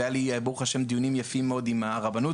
והיה לי ברוך ה' דיונים יפים מאוד עם הרבנות,